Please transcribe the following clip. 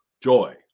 Joy